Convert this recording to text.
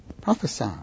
Prophesy